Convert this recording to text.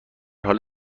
حال